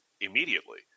immediately